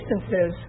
instances